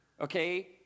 okay